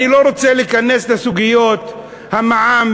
אני לא רוצה להיכנס לסוגיות המע"מ,